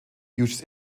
hughes